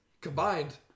combined